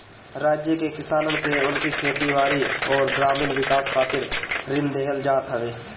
राज्य के किसानन के उनकी खेती बारी अउरी ग्रामीण विकास खातिर ऋण देहल जात हवे